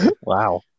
Wow